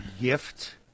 gift